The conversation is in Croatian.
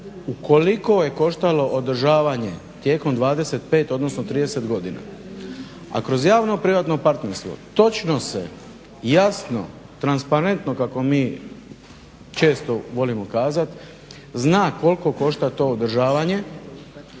ukoliko je koštalo održavanje tijekom 25, odnosno 30 godina. A kroz javno-privatno partnerstvo točno se, jasno, transparentno kako mi često volimo kazat, zna koliko košta to održavanje